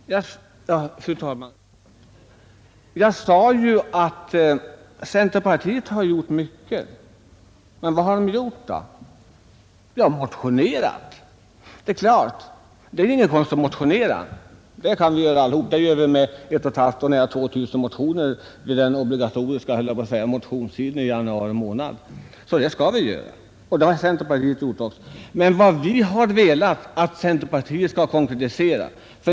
Fru talman! Jag sade ju att ni inom centerpartiet har gjort mycket. Men vad har ni gjort? Ni har motionerat. Det är ingen konst att motionera, det kan vi göra allihop — det väcktes nära 2 000 motioner under den ordinarie motionstiden i år. Men vad vi vill är att centerpartiet skall konkretisera.